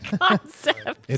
concept